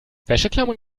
wäscheklammern